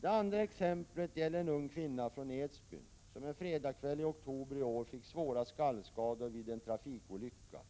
Det andra exemplet gäller en ung kvinna från Edsbyn, som en fredagskväll i oktober i år fick svåra skallskador vid en trafikolycka